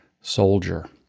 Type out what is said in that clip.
soldier